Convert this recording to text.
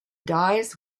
dies